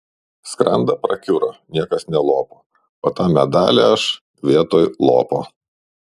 skranda prakiuro niekas nelopo o tą medalį aš vietoj lopo